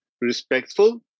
respectful